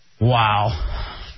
Wow